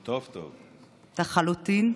האזרחים בארץ ישראל הם פטריוטים.